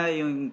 yung